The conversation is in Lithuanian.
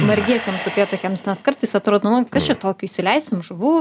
margiesiems upėtakiams nes kartais atrodo nu kas čia tokio įsileisim žuvų